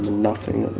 nothing.